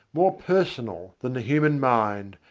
more personal than the human mind,